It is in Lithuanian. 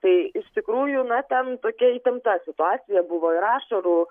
tai iš tikrųjų na ten tokia įtempta situacija buvo ir ašarų